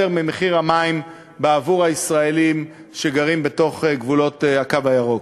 ממחיר המים לישראלים שגרים בתוך גבולות הקו הירוק.